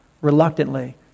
reluctantly